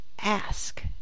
ask